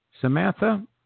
Samantha